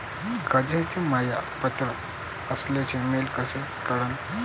कर्जसाठी म्या पात्र असल्याचे मले कस कळन?